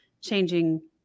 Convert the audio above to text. changing